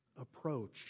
Approach